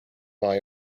buy